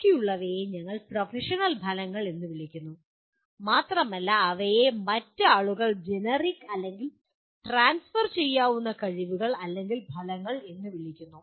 ബാക്കിയുള്ളവയെ ഞങ്ങൾ പ്രൊഫഷണൽ ഫലങ്ങൾ എന്ന് വിളിക്കുന്നു മാത്രമല്ല അവയെ മറ്റ് ആളുകൾ ജനറിക് അല്ലെങ്കിൽ ട്രാൻസ്ഫർ ചെയ്യാവുന്ന കഴിവുകൾ അല്ലെങ്കിൽ ഫലങ്ങൾ എന്നും വിളിക്കുന്നു